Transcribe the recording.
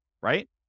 right